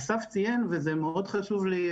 אסף ציין וזה מאוד חשוב לי,